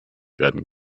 werden